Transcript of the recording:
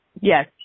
Yes